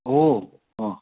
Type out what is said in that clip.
oh